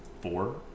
four